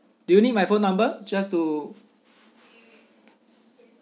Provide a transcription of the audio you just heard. do you need my phone number just to